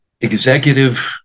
executive